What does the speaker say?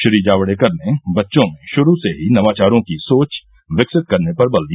श्री जावडेकर ने बच्चों में शुरू से ही नवाचारों की सोच विकसित करने पर बल दिया